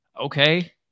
okay